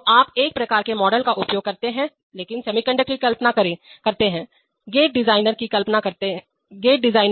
तो आप एक प्रकार के मॉडल का उपयोग करते हैं लेकिन सेमीकंडक्टर की कल्पना करते हैं गेट डिजाइनर